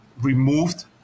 removed